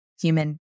human